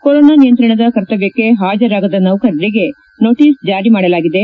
corona ನಿಯಂತ್ರಣದ ಕರ್ತವ್ಯಕ್ಷ ಹಾಜರಾಗದ ನೌಕರರಿಗೆ ನೋಟಸ್ ಜಾರಿ ಮಾಡಲಾಗಿದೆ